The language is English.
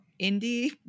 indie